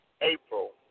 April